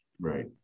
Right